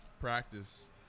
practice –